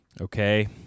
Okay